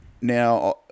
now